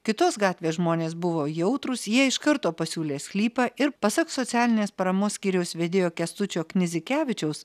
kitos gatvės žmonės buvo jautrūs jie iš karto pasiūlė sklypą ir pasak socialinės paramos skyriaus vedėjo kęstučio knizikevičiaus